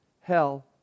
hell